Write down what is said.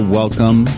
welcome